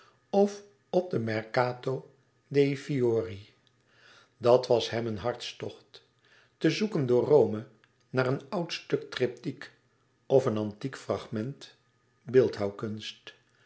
of op de mercato dei fiori dat was hem een hartstocht te zoeken door rome naar een oud stuk tryptiek of een antiek fragment